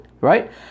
Right